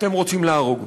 אתם רוצים להרוג.